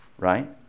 Right